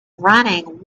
running